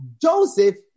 Joseph